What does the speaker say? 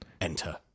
Enter